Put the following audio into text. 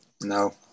No